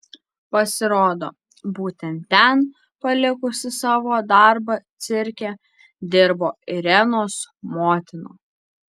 pasirodo būtent ten palikusi savo darbą cirke dirbo irenos motina